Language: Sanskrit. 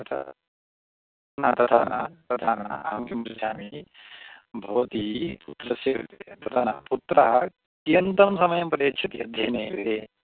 तथा न तथा न तथा न अहं किं पृच्छामि भवती पुत्रस्य कृते तथा न पुत्रः कियन्तं समयं प्रयच्छति अध्ययने विषये